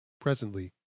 Presently